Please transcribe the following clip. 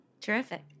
Terrific